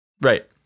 Right